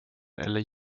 eller